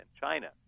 China